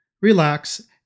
relax